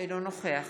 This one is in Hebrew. אינו נוכח